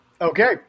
Okay